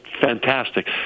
fantastic